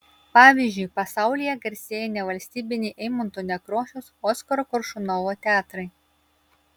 pavyzdžiui pasaulyje garsėja nevalstybiniai eimunto nekrošiaus oskaro koršunovo teatrai